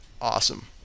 Awesome